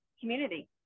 community